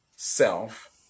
self